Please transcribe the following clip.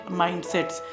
mindsets